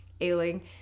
ailing